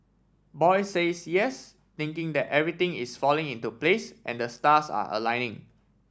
boy says yes thinking that everything is falling into place and the stars are aligning